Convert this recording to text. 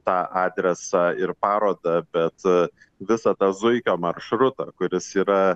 tą adresą ir parodą bet visą tą zuikio maršrutą kuris yra